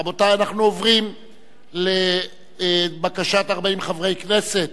רבותי, אנחנו עוברים לבקשת 40 חברי הכנסת